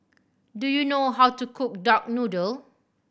do you know how to cook duck noodle